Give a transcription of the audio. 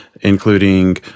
including